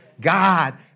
God